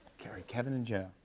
kevin kevin and joe.